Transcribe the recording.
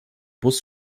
bus